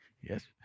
Yes